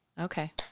Okay